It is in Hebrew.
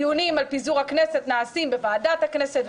דיונים על פיזור הכנסת נעשים בוועדת הכנסת,